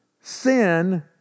sin